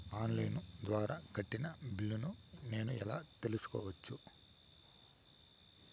On line ద్వారా కట్టిన బిల్లును నేను ఎలా తెలుసుకోవచ్చు?